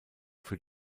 für